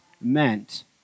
meant